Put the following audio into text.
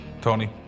Tony